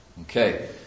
Okay